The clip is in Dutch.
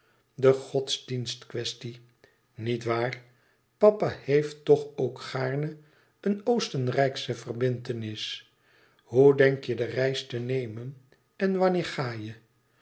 de godsdienstkwestie niet waar papa heeft toch ook gaarne een oostenrijksche verbintenis hoe denk je de reis te nemen en wanneer ga je